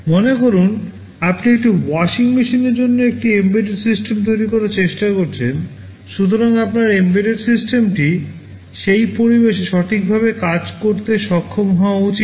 মনে করুন আপনি একটি ওয়াশিং মেশিনের জন্য একটি এমবেডেড সিস্টেম তৈরি করার চেষ্টা করছেন সুতরাং আপনার এমবেডেড সিস্টেমটি সেই পরিবেশে সঠিকভাবে কাজ করতে সক্ষম হওয়া উচিত